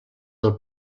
del